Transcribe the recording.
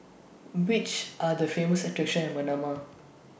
Which Are The Famous attractions in Manama